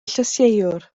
llysieuwr